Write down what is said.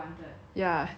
ya that time